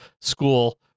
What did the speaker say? school